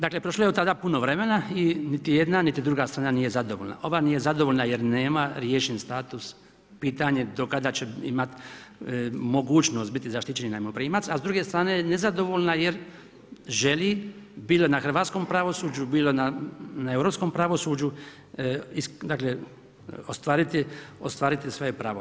Dakle prošlo je od tada puno vremena i niti jedna niti druga strana nije zadovoljna, ova nije zadovoljna jer nema riješen status, pitanje do kada će imati mogućnost biti zaštićeni najmoprimac a s druge strane je nezadovoljna jer želi, bilo na hrvatskom pravosuđu, bilo na europskom pravosuđu, dakle ostvariti svoje pravo.